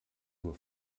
nur